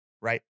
right